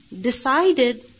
decided